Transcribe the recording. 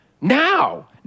now